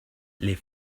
les